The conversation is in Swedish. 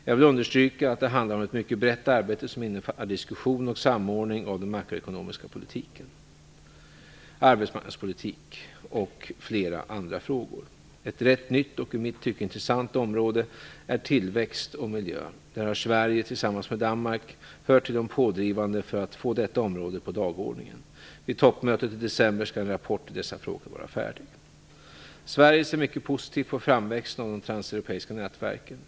Jag vill understryka att det handlar om ett mycket brett arbete som innefattar diskussion och samordning av den makroekonomiska politiken, arbetsmarknadspolitik och flera andra frågor. Ett rätt nytt och i mitt tycke intressant område är tillväxt och miljö. Där har Sverige tillsammans med Danmark hört till de pådrivande för att få detta område på dagordningen. Vid toppmötet i december skall en rapport i dessa frågor vara färdig. Sverige ser mycket positivt på framväxten av de transeuropeiska nätverken.